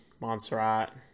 Montserrat